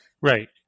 Right